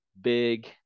big